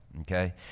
okay